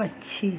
पक्षी